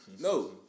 No